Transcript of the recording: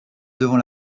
devant